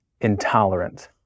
Intolerant